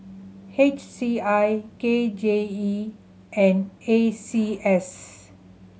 H C I K J E and A C S